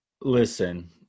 Listen